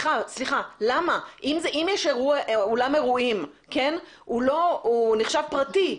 אם יש אולם אירועים שנחשב פרטי,